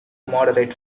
moderate